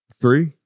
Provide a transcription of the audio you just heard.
three